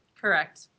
Correct